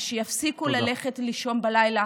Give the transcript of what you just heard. ושיפסיקו ללכת לישון בלילה